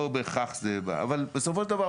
אבל בסופו של דבר,